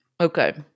Okay